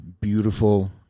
beautiful